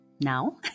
now